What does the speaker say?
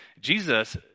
Jesus